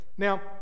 Now